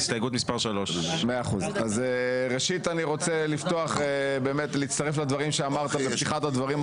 הסתייגות מספר 3. ראשית אני רוצה להצטרף לדברים שאמרת בפתיחת הדברים,